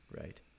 right